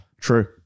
True